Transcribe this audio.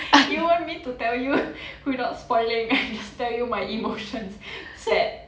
you want me to tell you without spoling I just tell you my emotion sad